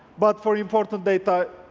but for important data,